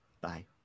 bye